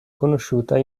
conosciuta